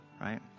right